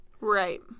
Right